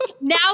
Now